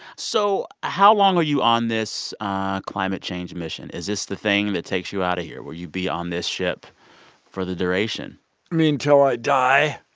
so how long are you on this climate change mission? is this the thing that takes you out of here? will you be on this ship for the duration? you mean till i die?